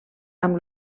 amb